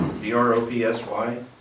D-R-O-P-S-Y